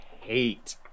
hate